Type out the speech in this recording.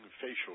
facial